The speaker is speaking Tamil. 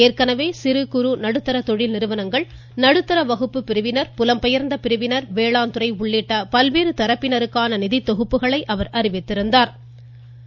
ஏற்கனவே சிறு குறு நடுத்தர தொழில் நிறுவனங்கள் நடுத்தர வகுப்பு பிரிவினர் புலம்பெயர்ந்த பிரிவினர் வேளாண்துறை உள்ளிட்ட பல்வேறு தரப்பினருக்கான நிதித் தொகுப்புகளை அவர் அறிவித்திருந்தது குறிப்பிடத்தக்கது